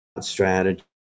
strategy